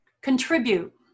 contribute